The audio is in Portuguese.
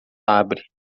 abre